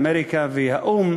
אמריקה והאו"ם,